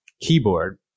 keyboard